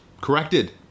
corrected